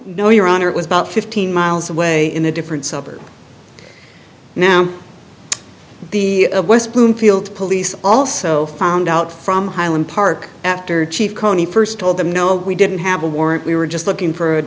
know your honor it was about fifteen miles away in a different suburb now the west bloomfield police also found out from highland park after chief county first told them no we didn't have a warrant we were just looking for a